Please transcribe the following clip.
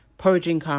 purging